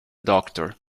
doctor